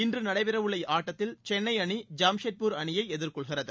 இன்று நடைபெறவுள்ள ஆட்டத்தில் சென்னை அணி ஜாம்ஷெட்பூர் அணியை எதிர்கொள்கிறது